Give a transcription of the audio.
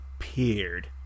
appeared